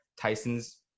Tyson's